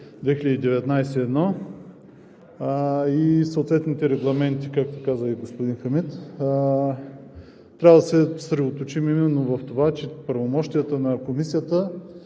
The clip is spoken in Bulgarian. и съответните регламенти, както каза и господин Хамид. Трябва да се съсредоточим именно в това, че правомощията на Комисията